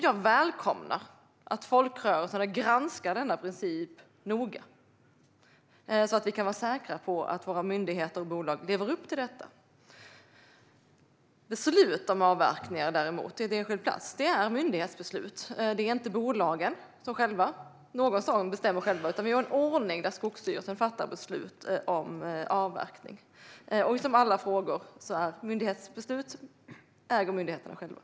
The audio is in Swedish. Jag välkomnar att folkrörelserna granskar denna princip noga, så att vi kan vara säkra på att våra myndigheter och bolag lever upp till det. Beslut om avverkningar på en enskild plats är däremot myndighetsbeslut. Det är inte något som bolagen bestämmer själva, utan vi har en ordning där Skogsstyrelsen fattar beslut om avverkning. Och liksom i alla frågor är det myndigheterna själva som äger myndighetsbesluten.